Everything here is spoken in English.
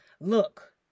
look